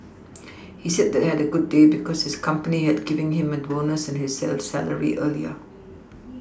he said that had a good day because his company had giving him a bonus and his salary early